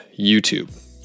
youtube